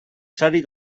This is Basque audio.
sari